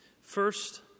First